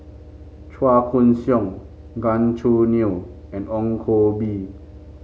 Chua Koon Siong Gan Choo Neo and Ong Koh Bee